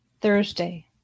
Thursday